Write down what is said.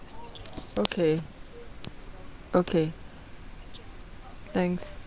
okay okay thanks